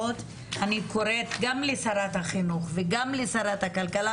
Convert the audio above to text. קוראת גם לשרת החינוך וגם לשרת הכלכלה,